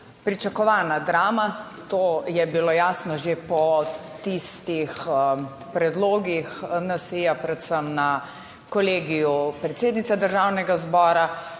Pričakovana drama. To je bilo jasno že po tistih predlogih NSi, predvsem na Kolegiju predsednice Državnega zbora,